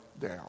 down